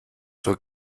zur